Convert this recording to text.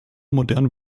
modernen